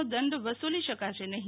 નો દંડ વસુલી શકાશે નહી